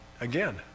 again